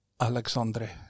Alexandre